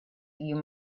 you